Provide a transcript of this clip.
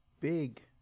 big